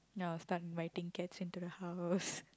ya start of my things gets into the house